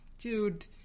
Dude